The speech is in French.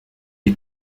est